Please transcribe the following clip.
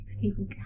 people